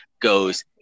goes